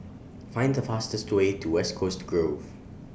Find The fastest Way to West Coast Grove